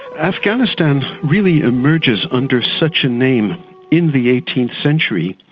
afghanistan really emerges under such a name in the eighteenth century,